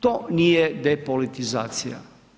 To nije depolitizacija.